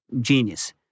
genius